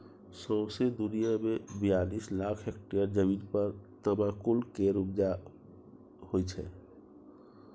सौंसे दुनियाँ मे बियालीस लाख हेक्टेयर जमीन पर तमाकुल केर उपजा होइ छै